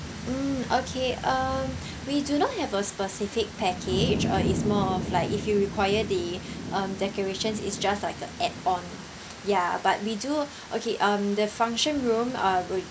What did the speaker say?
mm okay uh we do not have a specific package uh it's more of like if you require the um decorations it's just like a add-on ya but we do okay um the function room uh